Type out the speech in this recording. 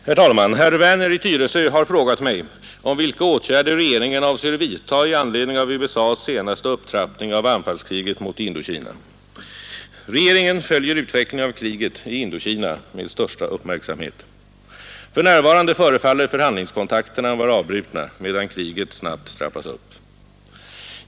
Herr talman! Herr Werner i Tyresö har frågat mig om vilka åtgärder regeringen avser vidta i anledning av USA:s senaste upptrappning av anfallskriget mot Indokina. Regeringen följer utvecklingen av kriget i Indokina med största uppmärksamhet. För närvarande förefaller förhandlingskontakterna vara avbrutna medan kriget snabbt trappas upp.